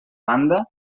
banda